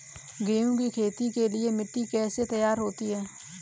गेहूँ की खेती के लिए मिट्टी कैसे तैयार होती है?